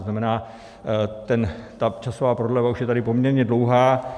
To znamená, ta časová prodleva už je tady poměrně dlouhá.